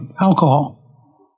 alcohol